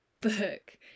book